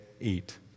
eat